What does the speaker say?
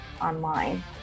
online